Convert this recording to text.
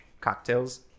cocktails